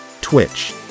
Twitch